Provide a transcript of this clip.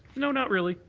you know not really.